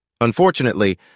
Unfortunately